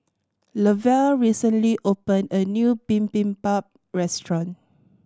Lovell recently opened a new Bibimbap Restaurant